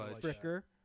Fricker